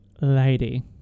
Lady